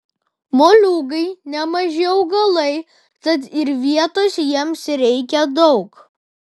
moliūgai nemaži augalai tad ir vietos jiems reikia daug